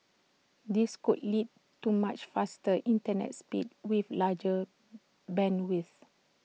this could lead to much faster Internet speeds with larger bandwidths